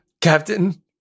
Captain